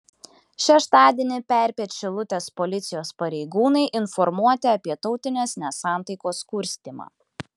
šeštadienį perpiet šilutės policijos pareigūnai informuoti apie tautinės nesantaikos kurstymą